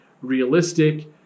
realistic